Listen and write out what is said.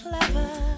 clever